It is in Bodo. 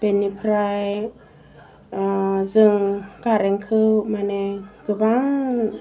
बेनिफ्राइ ओह जों कारेन्टखौ मानि गोबां